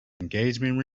engagement